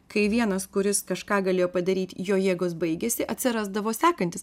kai vienas kuris kažką galėjo padaryti jo jėgos baigėsi atsirasdavo sekantis